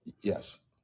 Yes